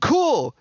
Cool